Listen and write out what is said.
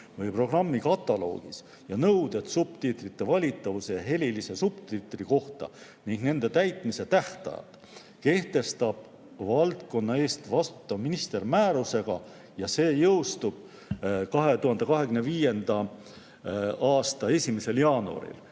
või programmikataloogis ja nõuded subtiitrite valitavuse ja heliliste subtiitrite kohta ning nende täitmise tähtajad kehtestab valdkonna eest vastutav minister määrusega. Ja see jõustub 2025. aasta 1. jaanuaril.